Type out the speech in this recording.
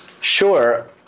Sure